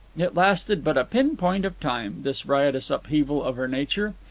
it lasted but a pin-point of time, this riotous upheaval of her nature.